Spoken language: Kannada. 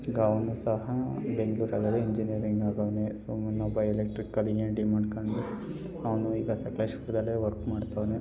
ಈಗ ಅವನೂ ಸಹ ಬೆಂಗ್ಳೂರಲ್ಲೇ ಇಂಜಿನಿಯರಿಂಗ್ ಆಗವ್ನೆ ಸೊ ಇನ್ನೊಬ್ಬ ಎಲೆಕ್ಟ್ರಿಕಲ್ ಮಾಡ್ಕೊಂಡು ಅವನೂ ಈಗ ಸಕ್ಲೇಶಪುರ್ದಲ್ಲೇ ವರ್ಕ್ ಮಾಡ್ತಾನೆ